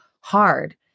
hard